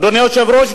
אדוני היושב-ראש,